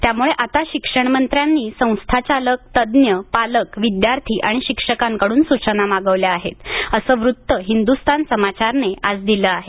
त्यामुळे आता शिक्षणमंत्र्यांनी संस्थाचालक तज्ज्ञ पालक विद्यार्थी आणि शिक्षकांकडून सूचना मागवल्या आहेत असं वृत्त हिंदुस्तान समाचारने आज दिलं आहे